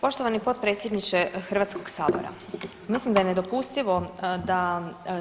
Poštovani potpredsjedniče Hrvatskog sabora, mislim da je nedopustivo da